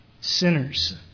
sinners